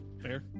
fair